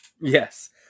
Yes